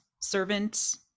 servants